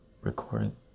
recording